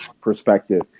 perspective